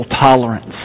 tolerance